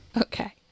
Okay